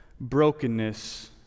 brokenness